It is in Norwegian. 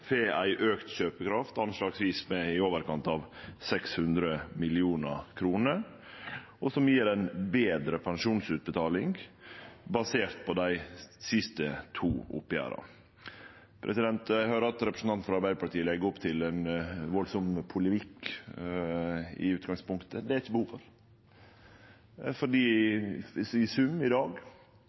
får ei auka kjøpekraft, anslagsvis i overkant av 600 mill. kr, og det gjev ei betre pensjonsutbetaling, basert på dei siste to oppgjera. Eg høyrer at representanten frå Arbeidarpartiet i utgangspunktet legg opp til ein kraftig polemikk. Det er det ikkje behov for,